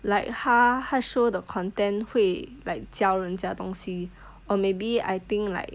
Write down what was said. like 他他 show the content 会 like 教人家东西 or maybe I think like